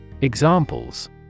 Examples